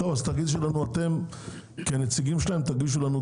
תגישו לנו דו"ח על זה, כנציגים שלהם.